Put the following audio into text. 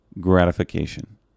gratification